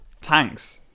tanks